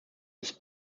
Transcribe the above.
his